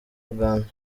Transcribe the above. uganda